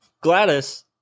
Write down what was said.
Gladys